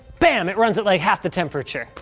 bam, it runs it like half the temperature!